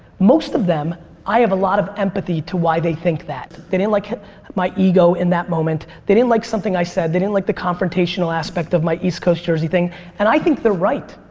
most of them i have a lot of empathy to why they think that. they didn't like my ego in that moment. they didn't like something i said. they didn't like the confrontational aspect of my east coast jersey thing and i think they're right.